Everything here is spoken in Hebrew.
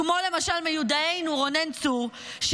כמו למשל מיודענו רונן צור.